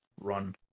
run